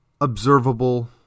observable